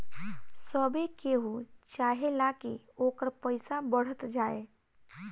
सभे केहू चाहेला की ओकर पईसा बढ़त जाए